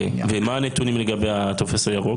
אוקיי, ומה הנתונים לגבי הטופס הירוק?